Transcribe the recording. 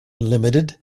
limited